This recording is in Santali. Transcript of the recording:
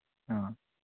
ᱦᱳᱭ